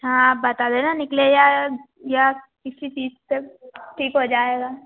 हाँ आप बता देना निकले या या किसी चीज से ठीक हो जाएगा